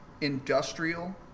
industrial